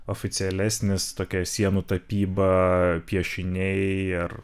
oficialesnis tokia sienų tapyba piešiniai ar